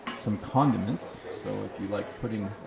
some condiments, so if you like putting